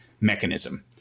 mechanism